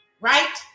right